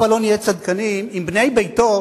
הבה לא נהיה צדקנים, עם בני ביתם.